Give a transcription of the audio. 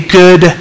good